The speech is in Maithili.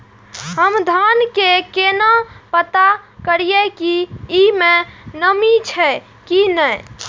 हम धान के केना पता करिए की ई में नमी छे की ने?